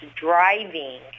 driving